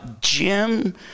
Jim